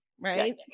right